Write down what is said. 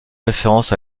référence